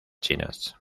chinas